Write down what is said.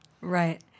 Right